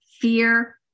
fear